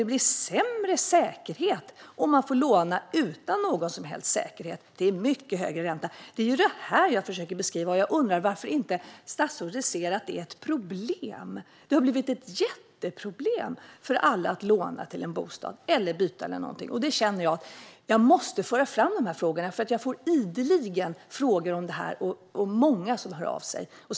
Det blir sämre om man lånar utan någon som helst säkerhet till mycket högre ränta. Det är detta jag försöker beskriva. Jag undrar varför statsrådet inte ser att detta är ett problem. Det har blivit ett jätteproblem för alla att låna till en bostad eller byta bostad. Jag kände att jag måste föra fram dessa frågor, eftersom jag ideligen får frågor om detta. Många hör av sig.